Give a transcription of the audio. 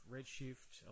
Redshift